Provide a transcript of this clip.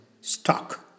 stock